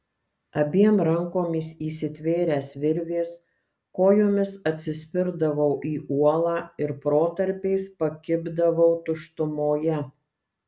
abiem rankomis įsitvėręs virvės kojomis atsispirdavau į uolą ir protarpiais pakibdavau tuštumoje